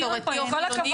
כל יהודי מסורתי או חילוני,